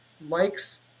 likes